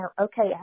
okay